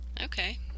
Okay